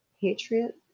patriot